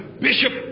bishop